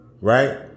right